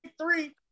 three